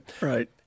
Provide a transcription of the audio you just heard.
Right